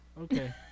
Okay